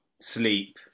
sleep